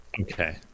Okay